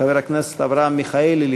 חבר הכנסת אברהם מיכאלי,